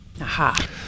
Aha